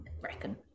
reckon